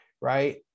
right